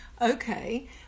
Okay